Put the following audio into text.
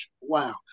Wow